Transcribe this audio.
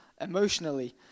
emotionally